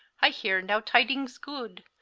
i heare nowe tydings good,